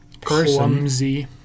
clumsy